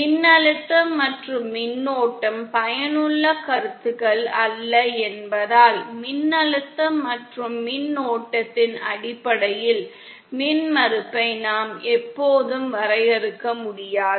மின்னழுத்தம் மற்றும் மின்னோட்டம் பயனுள்ள கருத்துகள் அல்ல என்பதால் மின்னழுத்தம் மற்றும் மின்னோட்டத்தின் அடிப்படையில் மின்மறுப்பை நாம் எப்போதும் வரையறுக்க முடியாது